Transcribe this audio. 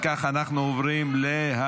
אם כך, אנחנו עוברים להצבעה.